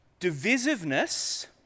divisiveness